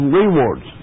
rewards